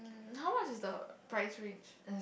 mm how much is the price range